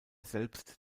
selbst